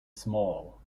small